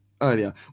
earlier